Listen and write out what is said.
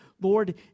Lord